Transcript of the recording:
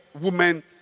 women